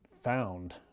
found